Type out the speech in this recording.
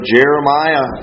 Jeremiah